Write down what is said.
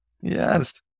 yes